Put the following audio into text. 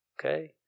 okay